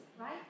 right